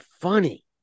funny